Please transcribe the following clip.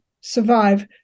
survive